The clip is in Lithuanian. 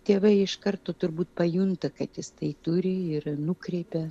tėvai iš karto turbūt pajunta kad jis tai turi ir nukreipia